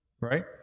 Right